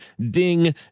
DING